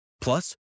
Plus